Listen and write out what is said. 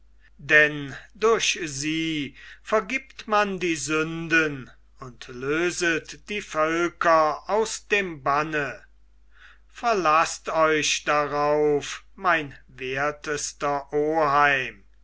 denn durch sie vergibt man die sünden und löset die völker aus dem banne verlaßt euch darauf mein wertester oheim